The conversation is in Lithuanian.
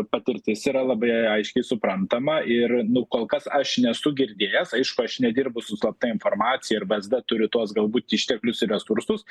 patirtis yra labai aiškiai suprantama ir nu kol kas aš nesu girdėjęs aišku aš nedirbu su slapta informacija ir vsd turi tuos galbūt išteklius ir resursus